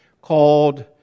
called